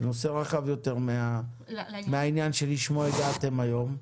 זה נושא רחב יותר מהעניין שלשמו הגעתם היום,